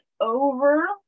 over